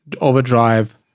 overdrive